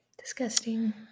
disgusting